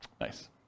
Nice